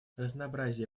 разнообразие